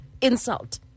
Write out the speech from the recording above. insult